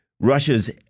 Russia's